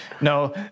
No